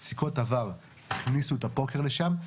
פסיקות עבר הכניסו את הפוקר לשם,